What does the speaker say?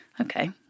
Okay